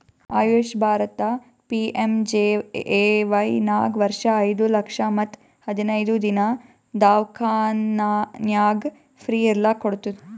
AYUSH Bharat PMJAY ನಾಗ್ ವರ್ಷ ಐಯ್ದ ಲಕ್ಷ ಮತ್ ಹದಿನೈದು ದಿನಾ ದವ್ಖಾನ್ಯಾಗ್ ಫ್ರೀ ಇರ್ಲಕ್ ಕೋಡ್ತುದ್